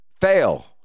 fail